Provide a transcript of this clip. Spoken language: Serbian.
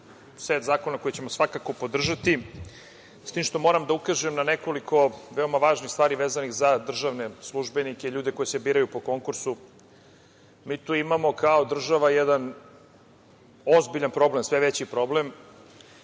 set zakona koji ćemo svakako podržati, s tim što moram da ukažem na nekoliko veoma važnih stvari vezanih za državne službenike, ljude koji se biraju po konkursu. Mi tu imamo kao država jedan ozbiljan problem, sve veći problem.